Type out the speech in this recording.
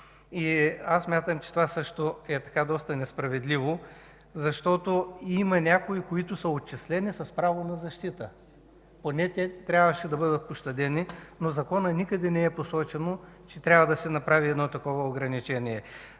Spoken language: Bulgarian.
Смятам, че това също е доста несправедливо, защото има някои, които са отчислени с право на защита. Поне те трябваше да бъдат пощадени, но в Закона никъде не е посочено, че трябва да се направи такова ограничение.